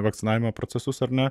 vakcinavimo procesus ar ne